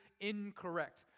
incorrect